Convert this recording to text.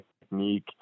technique